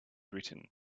written